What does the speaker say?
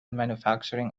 manufacturing